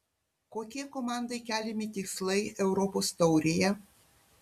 kokie komandai keliami tikslai europos taurėje